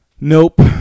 nope